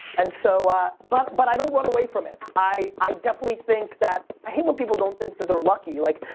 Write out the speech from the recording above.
and so but but i don't run away from it. i definitely think that, i hate when people don't think that they're lucky. like,